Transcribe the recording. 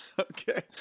Okay